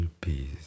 peace